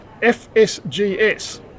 FSGS